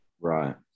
Right